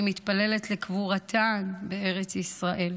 אני מתפללת לקבורתן בארץ ישראל.